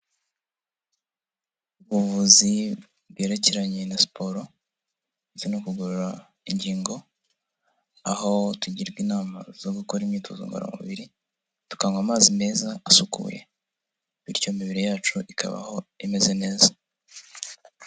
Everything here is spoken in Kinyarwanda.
Ubuvuzi bwerekeranye na siporo ndetse no kugorora ingingo aho tugirwa inama zo gukora imyitozo ngoramubiri tukanywa amazi meza asukuye. Bityo imibiri yacu ikabaho imeze neza.